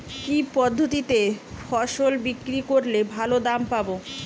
কি পদ্ধতিতে ফসল বিক্রি করলে ভালো দাম পাব?